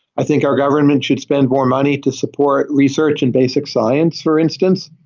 i think our government should spend more money to support research and basic science for instance.